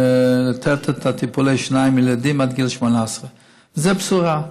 לתת טיפולי שיניים לילדים עד גיל 18. זאת בשורה.